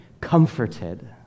comforted